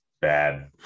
bad